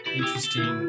interesting